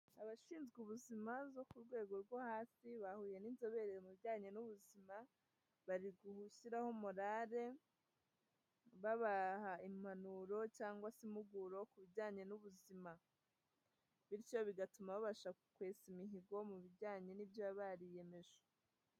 Abashinzwe ubuzima zo ku rwego rwo hasi bahuye n'inzobere mu bijyanye n'ubuzima bariwushyiraho morale babaha impanuro cyangwa se impuguro ku bijyanye n'ubuzima, bityo bigatuma babasha kwesa imihigo mu bijyanye n'ibyo baba bariyemeje.